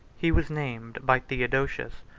he was named, by theodosius,